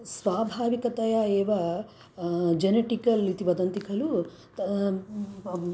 स्वाभाविकतया एव जेनेटिकल् इति वदन्ति खलु